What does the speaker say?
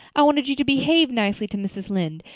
i wanted you to behave nicely to mrs. lynde,